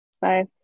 Five